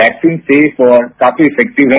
vaccine safe और काफी effective है